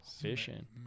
fishing